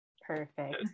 Perfect